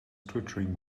twittering